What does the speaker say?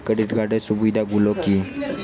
Credit কার্ডের সুবিধা গুলো কি?